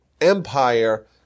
empire